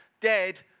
dead